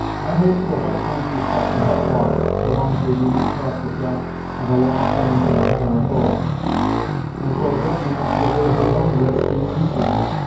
i hold to a white man's respecting white laws, so long as they do not cross the track of a law comin' from a higher authority and for a red man to obey his own red-skin usages,